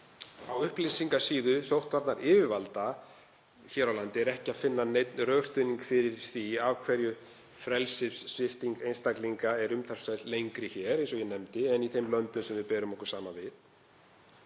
Á upplýsingasíðu sóttvarnayfirvalda hér á landi er ekki að finna neinn rökstuðning fyrir því af hverju frelsissvipting einstaklinga er umtalsvert lengri hér, eins og ég nefndi, en í þeim löndum sem við berum okkur saman við